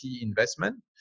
investment